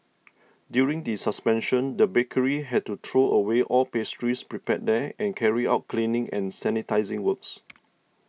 during the suspension the bakery had to throw away all pastries prepared there and carry out cleaning and sanitising works